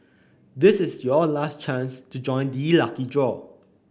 this is your last chance to join the lucky draw